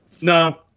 no